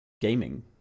gaming